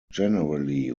generally